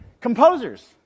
Composers